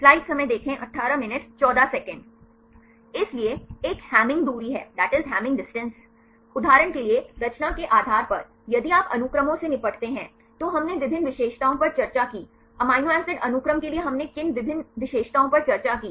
इसलिए एक हैमिंग दूरी है उदाहरण के लिए रचना के आधार पर यदि आप अनुक्रमों से निपटते हैं तो हमने विभिन्न विशेषताओं पर चर्चा की अमीनो एसिड अनुक्रम के लिए हमने किन विभिन्न विशेषताओं पर चर्चा की